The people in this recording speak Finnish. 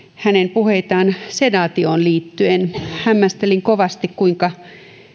hänen puheitaan sedaatioon liittyen hämmästelin kovasti kuinka